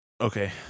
Okay